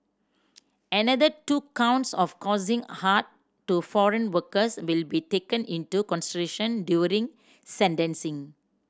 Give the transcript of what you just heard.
another two counts of causing hurt to foreign workers will be taken into consideration during sentencing